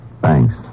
Thanks